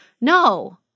no